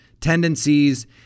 tendencies